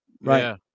Right